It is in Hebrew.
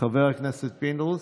חבר הכנסת פינדרוס,